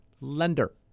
lender